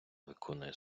виконує